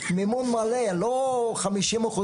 מימון מלא ולא 70%-50%.